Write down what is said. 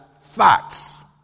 facts